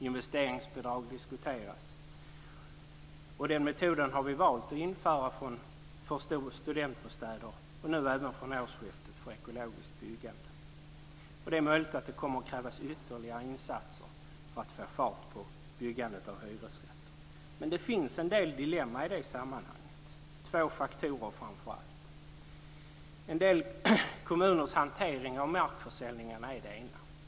Investeringsbidrag diskuteras. Den metoden har vi valt att införa för studentbostäder och från årsskiftet för ekologiskt byggande. Det är möjligt att det kommer att krävas ytterligare insatser för att få fart på byggandet av hyresrätter. Men det finns en del dilemman i sammanhanget. Det är framför allt två faktorer. En del kommuners hantering av markförsäljning är det ena.